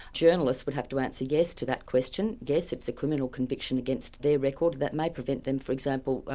journalists would have to answer yes, to that question, yes, it's a criminal conviction against their record that may prevent them for example,